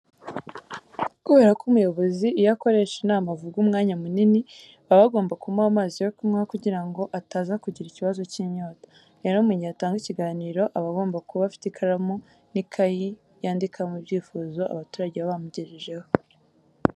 Kubera ko umuyobozi iyo akoresha inama avuga umwanya munini, baba bagomba kumuha amazi yo kunywa kugira ngo ataza kugira ikibazo cy'inyota. Rero mu gihe atanga ikiganiro aba agomba kuba afite ikaramu n'ikayi yandikamo ibyifuzo abaturage baba bamugejejeho.